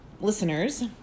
listeners